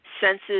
senses